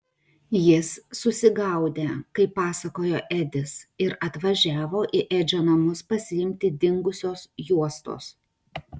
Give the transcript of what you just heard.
jis susigaudę kaip pasakojo edis ir atvažiavo į edžio namus pasiimti dingusios juostos